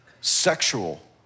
sexual